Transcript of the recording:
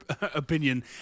opinion